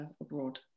abroad